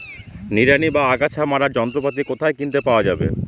নিড়ানি বা আগাছা মারার যন্ত্রপাতি কোথায় কিনতে পাওয়া যাবে?